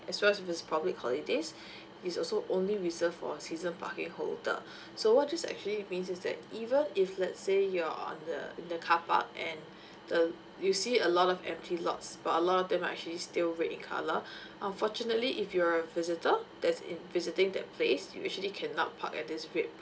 as well as public holidays it's also only reserved for season parking holder so what this actually means is that even if let's say you're on the in the car park and the you see a lot of empty lots but a lot of them right actually still red in colour unfortunately if you're a visitor as in visiting that place you actually can not park at these red